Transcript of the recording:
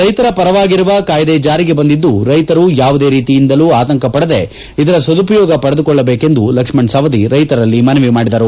ರೈತರ ಪರವಾಗಿರುವ ಕಾಯ್ದೆ ಜಾರಿಗೆ ಬಂದಿದ್ದು ರೈತರು ಯಾವುದೇ ರೀತಿಯಿಂದಲೂ ಆತಂಕಪಡದೆ ಇದರ ಸದುಪಯೋಗ ಪಡೆದುಕೊಳ್ಳಬೇಕೆಂದು ಲಕ್ಷ್ಮಣ ಸವದಿ ರೈತರಲ್ಲಿ ಮನವಿ ಮಾಡಿದರು